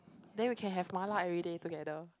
then we can have mala everyday together